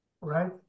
right